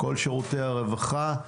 כל שירותי הרווחה,